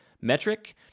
metric